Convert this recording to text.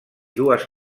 dues